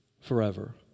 forever